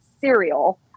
cereal